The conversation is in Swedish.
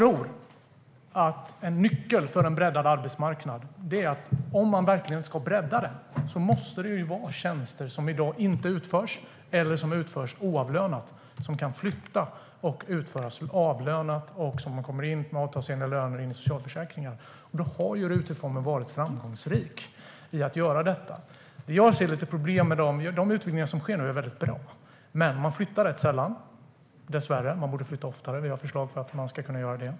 Om man verkligen ska bredda arbetsmarknaden tror jag att nyckeln är att det måste vara tjänster som i dag inte utförs eller som utförs oavlönat som kan flyttas och utföras som avlönat arbete så att man kommer in med avtalsenliga löner i socialförsäkringen. RUT-reformen har varit framgångsrik i att göra detta. De utvidgningar som sker nu är väldigt bra, men jag ser några problem. Man flyttar rätt sällan, dessvärre. Man borde flytta oftare, och vi har förslag för att man ska kunna göra det.